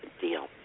deal